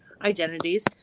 identities